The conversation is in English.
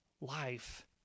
life